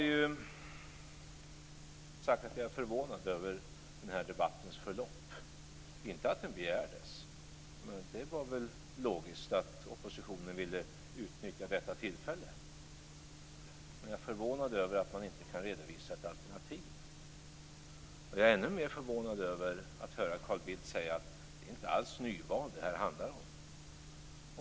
Jag har sagt att jag är förvånad över den här debattens förlopp, inte över att den begärdes - det var väl logiskt att oppositionen ville utnyttja detta tillfälle - men förvånad över att man inte kan redovisa ett alternativ. Jag är ännu mer förvånad över att höra Carl Bildt säga att det här inte alls handlar om nyval.